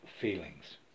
feelings